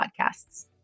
podcasts